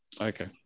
Okay